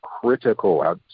critical